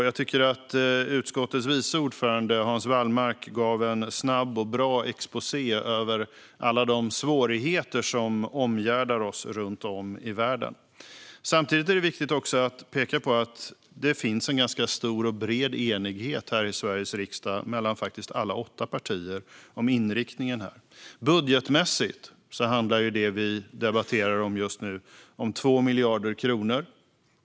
Jag tycker att utskottets vice ordförande Hans Wallmark gav en snabb och bra exposé över alla de svårigheter som omgärdar oss runt om i världen. Samtidigt är det viktigt att peka på att det finns en ganska stor och bred enighet om inriktningen här i Sveriges riksdag mellan alla åtta partier. Budgetmässigt handlar det vi just nu debatterar om 2 miljarder kronor.